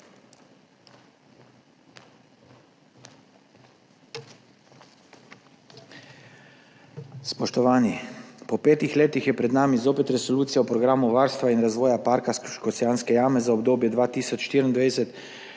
Spoštovani! Po petih letih je pred nami spet Resolucija o Programu varstva in razvoja Parka Škocjanske jame za obdobje 2024–2028